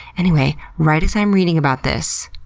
anyway, right as i'm reading about this,